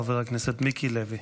חבר הכנסת מיקי לוי.